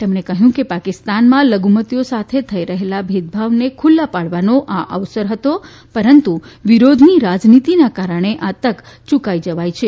તેમણે કહ્યું કે પાકિસ્તાનમાં લધુમતીઓ સાથે થઇ રહેલા ભેદભાવને ખુલ્લા પાડવાનો આ અવસર હતો પરંતુ વિરોધની રાજનીતીના કારણે આ તક યુકાઈ જવાઈ છે